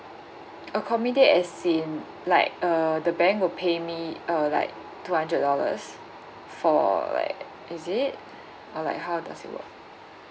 accommodate as seem like err the bank will pay me err like two hundred dollars for like is it or like how does it work